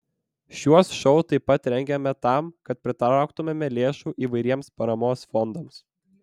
šiuos šou taip pat rengiame tam kad pritrauktumėme lėšų įvairiems paramos fondams